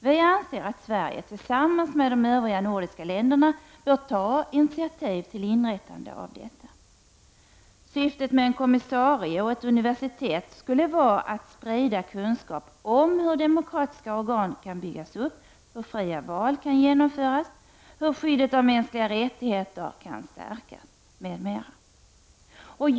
Vi anser att Sverige tillsammans med de övriga nordiska länderna bör ta initiativ till inrättandet av dessa. Syftet med en kommissarie och ett universitet skulle vara att sprida kunskap om hur demokratiska organ kan byggas upp, hur fria val kan genomföras och hur skyddet av de mänskliga rättigheterna kan stärkas.